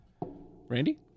Randy